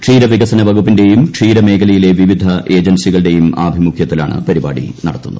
ക്ഷീരവികസന വകുപ്പിന്റെയും ക്ഷീരമേഖലയിലെ വിവിധ ഏജൻസികളുടെയും ആഭിമുഖൃത്തിലാണ് പരിപാടി നടത്തുന്നത്